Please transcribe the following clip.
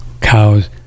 Cows